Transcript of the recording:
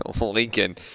Lincoln